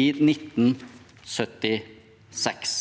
i 1976.